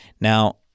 Now